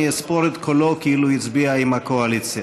אני אספור את קולו כאילו הצביע עם הקואליציה.